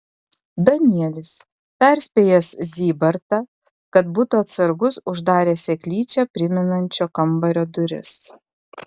danielis perspėjęs zybartą kad būtų atsargus uždarė seklyčią primenančio kambario duris